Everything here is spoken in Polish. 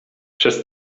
przez